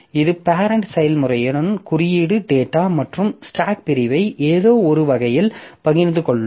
இது பேரெண்ட் செயல்முறையுடன் குறியீடு டேட்டா மற்றும் ஸ்டாக் பிரிவை ஏதோ ஒரு வகையில் பகிர்ந்து கொள்ளும்